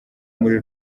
muri